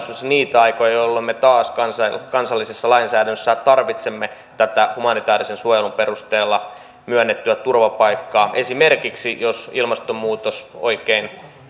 tulevaisuudessa niitä aikoja jolloin me taas kansallisessa lainsäädännössä tarvitsemme tätä humanitäärisen suojelun perusteella myönnettyä turvapaikkaa esimerkiksi jos ilmastonmuutos oikein